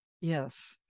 Yes